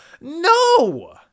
no